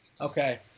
Okay